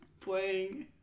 playing